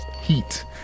heat